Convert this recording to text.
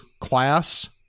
class